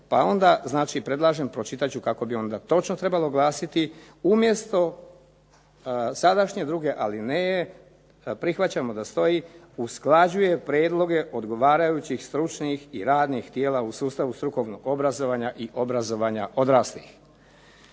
pa onda znači predlažem, pročitat ću kako bi onda točno trebalo glasiti. Umjesto sadašnje druge alineje prihvaćamo da stoji: "usklađuje prijedloge odgovarajućih stručnih i radnih tijela u sustavu strukovnog obrazovanja i obrazovanja odraslih".